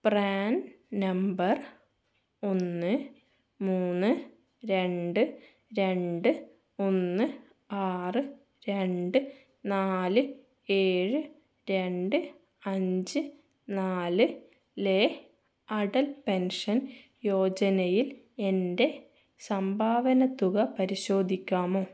PRAN number ഒന്ന് മൂന്ന് രണ്ട് രണ്ട് ഒന്ന് ആറ് രണ്ട് നാല് ഏഴ് രണ്ട് അഞ്ച് നാല് ലെ അടൽ പെൻഷൻ യോജനയിൽ എൻ്റെ സംഭാവന തുക പരിശോധിക്കാമോ